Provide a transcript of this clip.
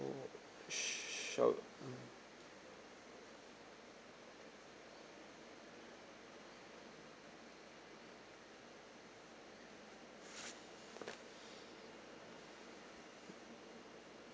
shall